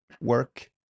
work